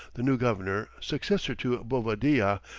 the new governor, successor to bovadilla,